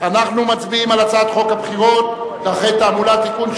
אנחנו מצביעים על הצעת חוק הבחירות (דרכי תעמולה) (תיקון,